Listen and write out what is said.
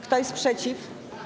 Kto jest przeciw?